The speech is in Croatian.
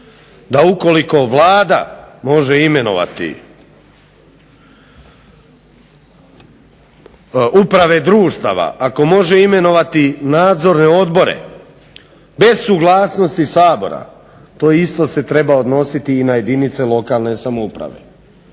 da ukoliko Vlada može imenovati uprave društava, ako može imenovati nadzorne odbore bez suglasnosti Sabora to isto se treba odnositi i na jedinice lokalne samouprave.